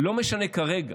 לא משנה כרגע